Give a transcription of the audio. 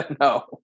No